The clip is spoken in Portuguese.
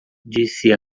disse